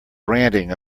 ranting